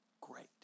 great